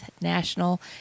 national